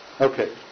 Okay